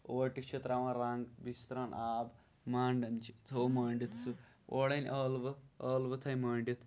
اوٹِس چھِ تراوان رنگ بیٚیہِ چھِس تراوان آب مانڈان چھِ تھوٚو مٲنڈِتھ سُہ اوڈٕ أنۍ ٲلوٕ ٲلوٕ تھٲوو مٲنڈِتھ